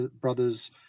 brothers